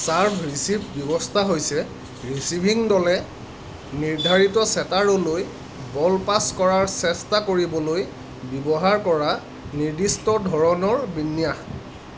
serve receive ব্যৱস্থা হৈছে receiving দলে নিৰ্ধাৰিত ছেটাৰলৈ বল পাছ কৰাৰ চেষ্টা কৰিবলৈ ব্যৱহাৰ কৰা নিৰ্দিষ্ট ধৰণৰ বিন্যাস